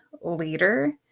later